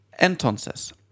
Entonces